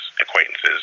acquaintances